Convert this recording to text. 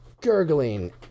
gurgling